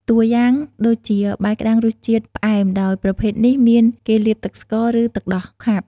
ទួយ៉ាងដូចជា បាយក្តាំងរសជាតិ ផ្អែម ដោយប្រភេទនេះមាន គេលាបទឹកស្ករ ឬទឹកដោះខាប់។